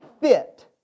fit